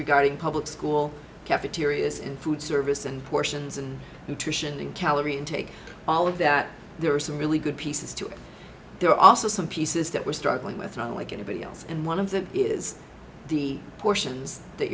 regarding public school cafeterias and food service and portions and nutrition and calorie intake all of that there are some really good pieces to it there are also some pieces that we're struggling with i like anybody else and one of them is the portions that